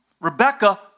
Rebecca